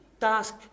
task